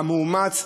המאומץ,